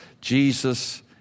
Jesus